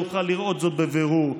יוכל לראות זאת בבירור.